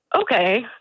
Okay